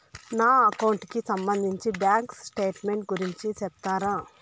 నా అకౌంట్ కి సంబంధించి బ్యాంకు స్టేట్మెంట్ గురించి సెప్తారా